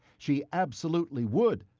she absolutely would,